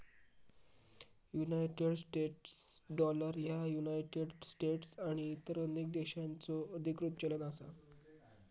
United States dollar ह्या United States आणि इतर अनेक देशांचो अधिकृत चलन असा